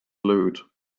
loot